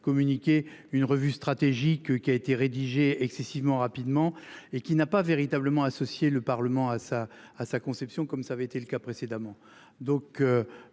communiqué une revue stratégique qui a été rédigé excessivement rapidement et qui n'a pas véritablement associer le Parlement à sa à sa conception, comme ça avait été le cas précédemment donc.